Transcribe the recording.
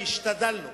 השתדלנו